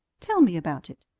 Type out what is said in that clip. tell me about it,